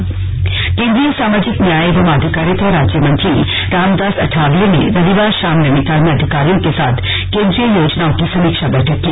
slug Ramdas Athawale केंद्रीय सामाजिक न्याय एवं अधिकारिता राज्यमंत्री रामदास अठावले ने रविवार शाम नैनीताल में अधिकारियों के साथ केन्द्रीय योजनाओं की समीक्षा बैठक की